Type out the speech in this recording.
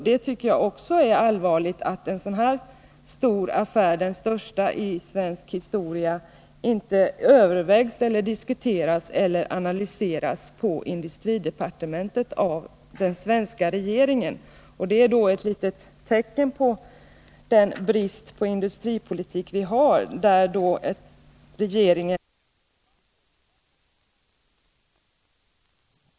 Det är allvarligt att en så stor affär — den största i svensk historia — inte övervägs eller diskuteras eller analyseras på industridepartementet. Det kan tolkas som tecken på en brist på industripolitik. Regeringen sätter sig på åskådarplats och låter koncentrationen fortsätta inom svenskt näringsliv utan att man ens analyserar vilka följder det får.